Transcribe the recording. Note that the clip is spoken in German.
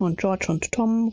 und tom